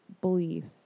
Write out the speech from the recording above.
beliefs